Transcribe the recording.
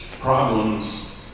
problems